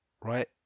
right